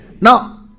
Now